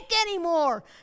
anymore